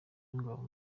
w’ingabo